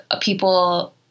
people